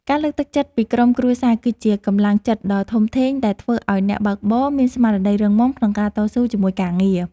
ការលើកទឹកចិត្តពីក្រុមគ្រួសារ គឺជាកម្លាំងចិត្តដ៏ធំធេងដែលធ្វើឱ្យអ្នកបើកបរមានស្មារតីរឹងមាំក្នុងការតស៊ូជាមួយការងារ។